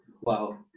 Wow